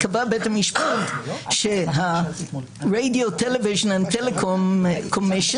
קבע בית המשפט שה-Radio-television and Telecommunications